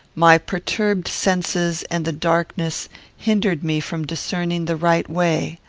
my perturbed senses and the darkness hindered me from discerning the right way.